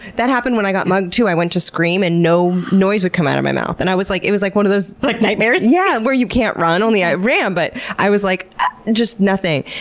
that happened when i got mugged too. i went to scream and no noise would come out of my mouth and i was like, it was like one of those like nightmares? yeah! where you can't run, only i ran, but i was like just nothing.